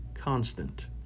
constant